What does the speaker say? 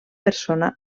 persona